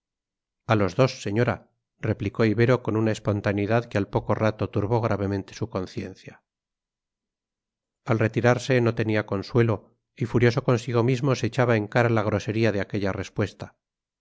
a los dos señora replicó ibero con una espontaneidad que al poco rato turbó gravemente su conciencia al retirarse no tenía consuelo y furioso consigo mismo se echaba en cara la grosería de aquella respuesta